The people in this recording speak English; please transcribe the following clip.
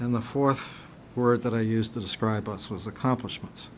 and the fourth word that i used to describe us was accomplishments